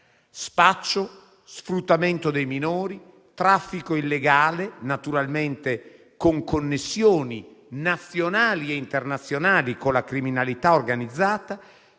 Spaccio, sfruttamento dei minori, traffico illegale naturalmente con connessioni nazionali e internazionali con la criminalità organizzata